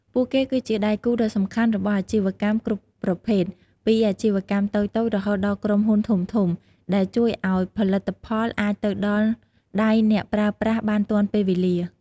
ពួកគេ គឺជាដៃគូដ៏សំខាន់របស់អាជីវកម្មគ្រប់ប្រភេទ ពីអាជីវកម្មតូចៗរហូតដល់ក្រុមហ៊ុនធំៗ ដែលជួយឱ្យផលិតផលអាចទៅដល់ដៃអ្នកប្រើប្រាស់បានទាន់ពេលវេលា។